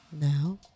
Now